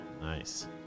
Nice